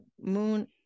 moon